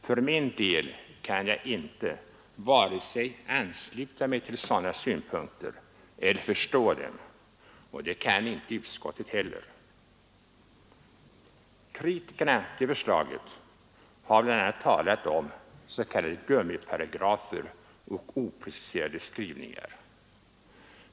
För min del kan jag varken ansluta mig till sådana synpunkter eller förstå dem, och det kan inte utskottet heller. De som kritiserat förslaget har bl.a. talat om s.k. gummiparagrafer och opreciserade skrivningar.